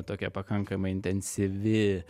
tokia pakankamai intensyvi